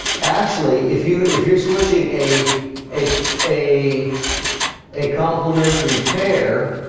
actually, if you if you're switching a a a a complementary pair